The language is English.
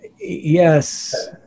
Yes